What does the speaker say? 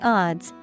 odds